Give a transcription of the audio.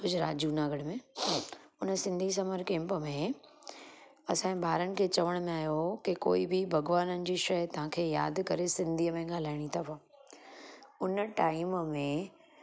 गुजरात जूनागढ़ में हुन Sindhi summer camp में असांजे ॿारनि खे चवण में आयो हुओ के को बि भॻवाननि जी शइ तव्हांखे यादि करे सिंधीअ में ॻाल्हाइणी अथव हुन टाइम में